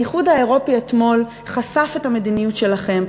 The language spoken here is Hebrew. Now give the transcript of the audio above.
האיחוד האירופי אתמול חשף את המדיניות שלכם,